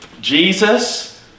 Jesus